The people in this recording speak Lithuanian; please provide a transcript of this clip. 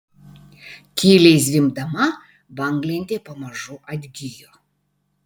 tyliai zvimbdama banglentė pamažu atgijo